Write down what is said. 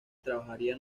trabajaría